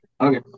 Okay